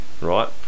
right